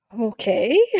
okay